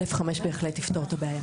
(א)(5) בהחלט יפתור את הבעיה.